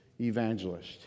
Evangelist